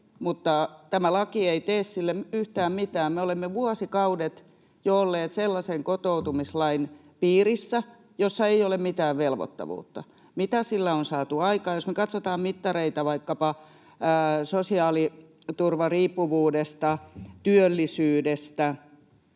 mutta tämä laki ei tee sille yhtään mitään. Me olemme vuosikaudet jo olleet sellaisen kotoutumislain piirissä, jossa ei ole mitään velvoittavuutta. Mitä sillä on saatu aikaan? Jos me katsotaan mittareita vaikkapa sosiaaliturvariippuvuudesta tai työllisyydestä,